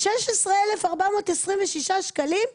16,426 שקלים וזהו.